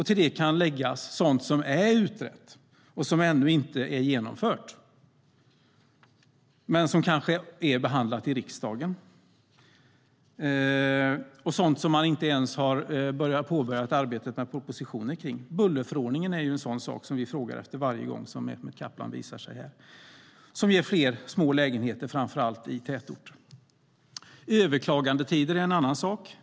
Till det kan läggas sådant som är utrett och som ännu inte är genomfört men som kanske är behandlat i riksdagen och sådant som man inte ens har påbörjat arbetet med propositioner kring. Bullerförordningen är en sådan sak som vi frågar efter varje gång Mehmet Kaplan visar sig här och som skulle ge fler små lägenheter framför allt i tätorter. Överklagandetider är en annan sak.